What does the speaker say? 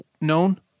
known